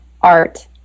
art